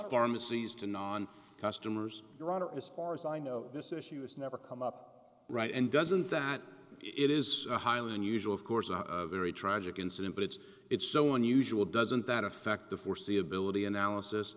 pharmacies to non customers your honor as far as i know this issue is never come up right and doesn't that it is highly unusual of course a very tragic incident but it's it's so unusual doesn't that affect the foreseeability analysis